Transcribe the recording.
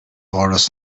áras